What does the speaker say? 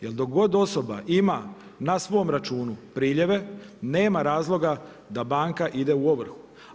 Jer dok god osoba ima na svom računu priljeve, nema razloga da banka ide u ovrhu.